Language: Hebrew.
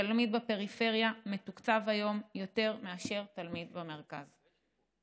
תלמיד בפריפריה מתוקצב היום יותר מאשר תלמיד במרכז,